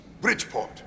Bridgeport